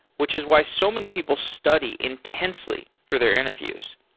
which is why so many people study intensely for their interviews.